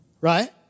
right